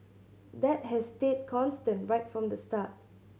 that has stayed constant right from the start